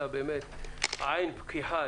אלא עין פקוחה,